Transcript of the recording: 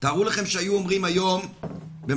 תארו לכם שהיו אומרים היום בפולין,